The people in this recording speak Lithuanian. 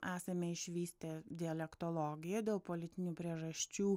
esame išvystę dialektologiją dėl politinių priežasčių